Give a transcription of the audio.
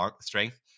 strength